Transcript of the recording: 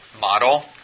model